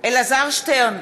אלעזר שטרן,